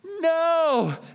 no